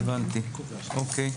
הבנתי, אוקיי.